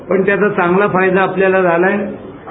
पण त्याचा चांगला फायदा आपल्याला झालायं